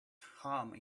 home